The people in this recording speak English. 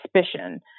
suspicion